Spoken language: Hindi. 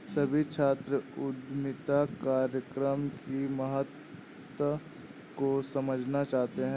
सभी छात्र उद्यमिता कार्यक्रम की महत्ता को समझना चाहते हैं